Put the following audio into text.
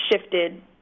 shifted